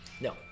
no